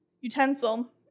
utensil